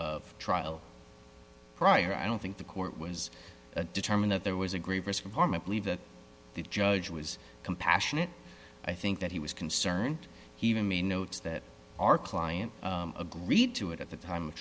of trial prior i don't think the court was determined that there was a grave risk of harm i believe that the judge was compassionate i think that he was concerned he even me notes that our client agreed to it at the time of